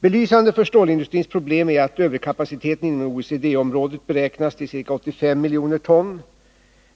Belysande för stålindustrins problem är att överkapaciteten inom OECD området beräknas till ca 85 miljoner ton.